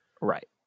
Right